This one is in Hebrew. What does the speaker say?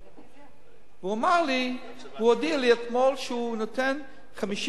והוא הודיע לי אתמול שהוא נותן 50